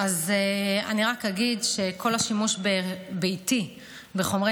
אני רק אגיד שכל השימוש הביתי בחומרי